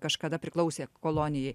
kažkada priklausė kolonijai